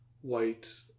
white